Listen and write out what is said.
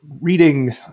reading